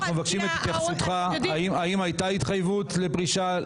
אנחנו מבקשים את התייחסותך האם הייתה התחייבות לפרישה,